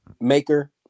maker